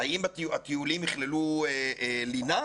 האם הטיולים יכללו לינה?